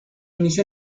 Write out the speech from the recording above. inició